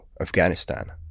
Afghanistan